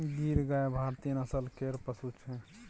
गीर गाय भारतीय नस्ल केर पशु छै